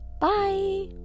Bye